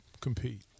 compete